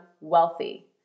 wealthy